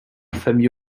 famille